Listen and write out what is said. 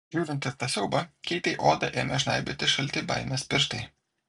žiūrint į tą siaubą keitei odą ėmė žnaibyti šalti baimės pirštai